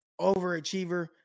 overachiever